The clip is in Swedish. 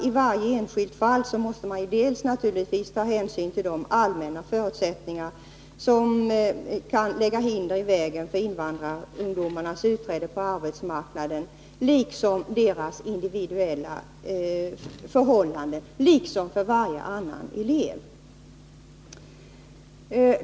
I varje enskilt fall måste man ta hänsyn till dels allmänna förutsättningar som kan lägga hinder i vägen för invandrarungdomarnas utträde på arbetsmarknaden, dels invandrarungdomarnas individuella förhållanden. Motsvarande gäller ju för varje annan elev.